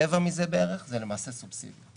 כשרבע מזה בערך זה למעשה סובסידיה,